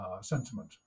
sentiment